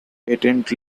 patent